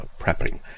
prepping